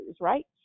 right